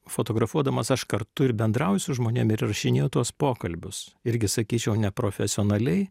fotografuodamas aš kartu ir bendrauju su žmonėm ir įrašinėju tuos pokalbius irgi sakyčiau neprofesionaliai